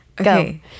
Okay